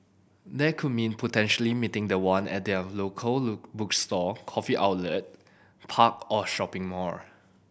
that could mean potentially meeting the one at their local look bookstore coffee outlet park or shopping mall